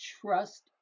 Trust